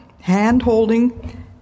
Hand-holding